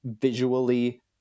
visually